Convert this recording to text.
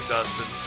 Dustin